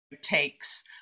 takes